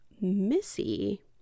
Missy